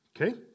Okay